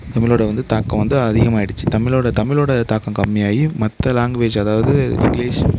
தமிழோட வந்து தாக்கம் வந்து அதிகமாகிடுச்சு தமிழோட தமிழோட தாக்கம் கம்மியாகி மற்ற லேங்குவேஜ் அதாவது இங்கிலீஷ்